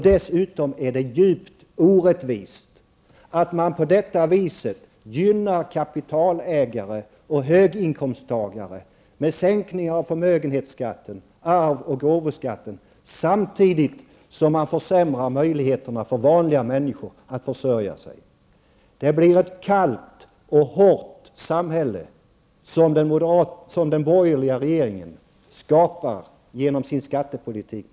Dessutom är det djupt orättvist att gynna kapitalägare och höginkomsttagare med en sänkning av förmögenhetsskatten samt arvs och gåvoskatten. Samtidigt försämrar man möjligheterna för ''vanliga'' människor att försörja sig. Det blir ett kallt och hårt samhälle som den borgerliga regeringen skapar genom bl.a. sin skattepolitik.